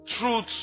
truth